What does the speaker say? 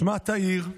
שמה תאיר,